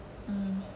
mm